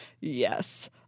Yes